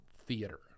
theater